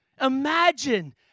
Imagine